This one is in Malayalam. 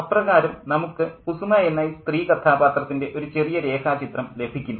അപ്രകാരം നമുക്ക് കുസുമ എന്ന ഈ സ്ത്രീ കഥാപാത്രത്തിൻ്റെ ഒരു ചെറിയ രേഖാചിത്രം ലഭിക്കുന്നു